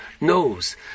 knows